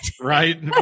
Right